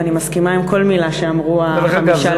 ואני מסכימה עם כל מילה שאמרו החמישה לפני.